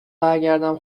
برگردم